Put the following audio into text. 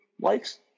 likes